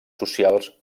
socials